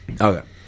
Okay